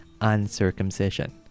uncircumcision